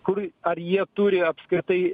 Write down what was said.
kur ar jie turi apskritai